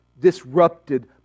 disrupted